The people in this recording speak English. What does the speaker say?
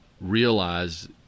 realize